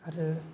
आरो